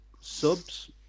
Subs